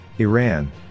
Iran